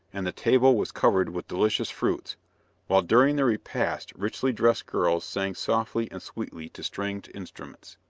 and the table was covered with delicious fruits while during the repast richly dressed girls sang softly and sweetly to stringed instruments.